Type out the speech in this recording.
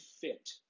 fit